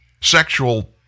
sexual